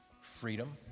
freedom